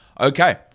Okay